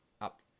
up